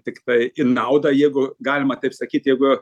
tiktai į naudą jeigu galima taip sakyt jeigu